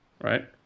right